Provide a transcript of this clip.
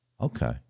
okay